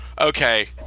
okay